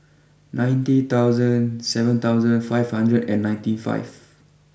ninety thousand seven thousand five hundred and ninety five